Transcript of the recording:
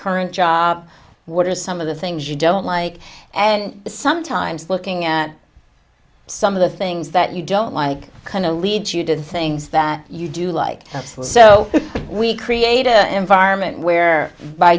current job what are some of the things you don't like and sometimes looking at some of the things that you don't like kind of leads you to the things that you do like absolutes so we create a environment where by